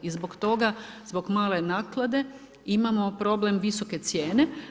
I zbog toga, zbog male naklade imamo problem visoke cijene.